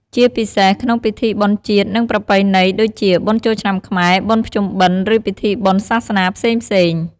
ជាពិសេសក្នុង ពិធីបុណ្យជាតិ និងប្រពៃណី ដូចជា បុណ្យចូលឆ្នាំខ្មែរ បុណ្យភ្ជុំបិណ្ឌ ឬពិធីបុណ្យសាសនាផ្សេងៗ។